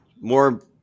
more –